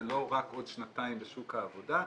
זה לא רק עוד שנתיים בשוק העבודה,